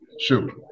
Shoot